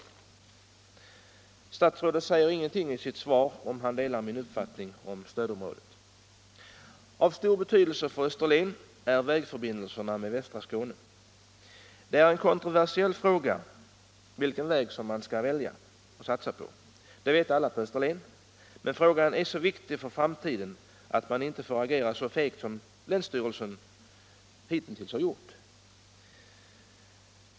Nr 71 Statsrådet säger ingenting i sitt svar huruvida han delar min uppfattning Onsdagen den i stödområdesfrågan. 30 april 1975 Av stor betydelse för Österlen är vägförbindelserna med västra Skåne. = Det är en kontroversiell fråga vilken väg som man skall satsa på. Det — Om sysselsättningsvet alla på Österlen, men frågan är så viktig för framtiden att man inte = läget i sydöstra får agera så fegt som länsstyrelsen hitintills har gjort.